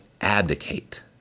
abdicate